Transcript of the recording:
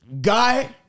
guy